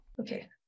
Okay